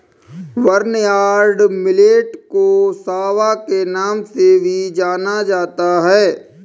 barnyard millet को सांवा के नाम से भी जाना जाता है